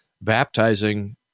baptizing